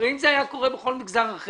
הרי אם זה היה קורה בכל מגזר אחר,